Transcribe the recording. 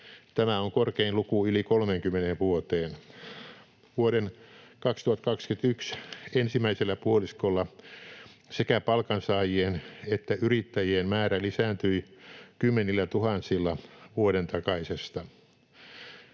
Tämä on korkein luku yli 30 vuoteen. Vuoden 2021 ensimmäisellä puoliskolla sekä palkansaajien että yrittäjien määrä lisääntyi kymmenillätuhansilla vuoden takaisesta.